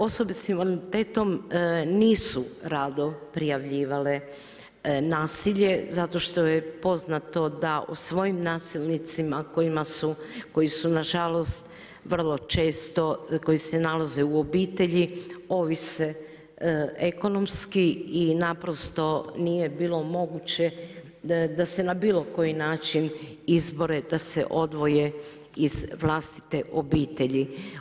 Osobe s invaliditetom nisu rado prijavljivale nasilje zato što je poznato da u svojim nasilnicima koji su nažalost vrlo često koji se nalaze u obitelji, ovise ekonomski i naprosto nije bilo moguće da se na bilo koji način izbore da se odvoje iz vlastite obitelji.